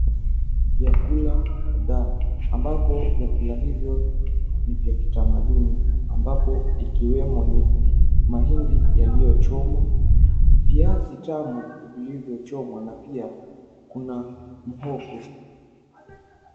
vyakula kadhaa ambavyo vyakula hivyo nivya kitamaduni ambapo ikiwemo ni mahindi yaliochomwa, viazi tamu vilivyo chomwa na pia kuna mhogo.